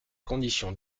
conditions